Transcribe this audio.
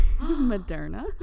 Moderna